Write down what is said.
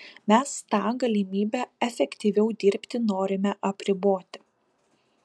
mes tą galimybę efektyviau dirbti norime apriboti